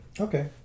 Okay